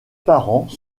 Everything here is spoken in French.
parents